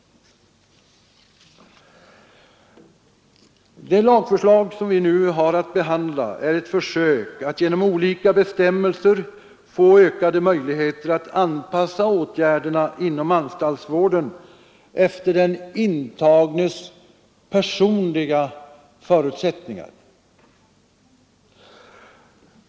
Det lagförslag som vi nu har att behandla är ett försök att genom olika bestämmelser få ökade möjligheter att anpassa åtgärderna inom anstaltsvården efter den intagnes personliga förutsättningar.